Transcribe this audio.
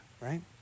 right